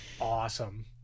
Awesome